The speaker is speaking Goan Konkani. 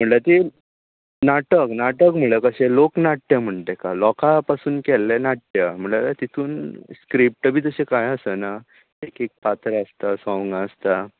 म्हणल्या तें नाटक नाटक म्हणल्या कशें लोकनाट्य म्हणटा तेका लोका पासून केल्लें नाट्य म्हणल्या तितून स्क्रिप्ट बी तशी काय आसना एकएक पात्र आसता साँगां आसता